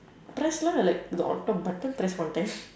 press lah like the on top button press one time